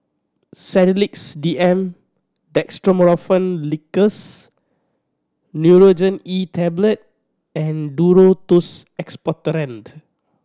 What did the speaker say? Sedilix D M Dextromethorphan Linctus Nurogen E Tablet and Duro Tuss Expectorant